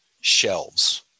shelves